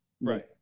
Right